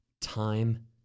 time